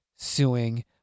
suing